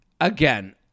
again